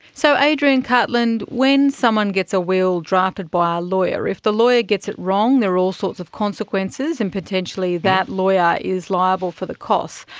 so adrian cartland, when someone gets a will drafted by a lawyer, if the lawyer gets it wrong there are all sorts of consequences and potentially that lawyer is liable for the costs.